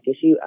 issue